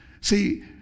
See